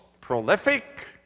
prolific